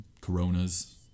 Coronas